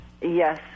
Yes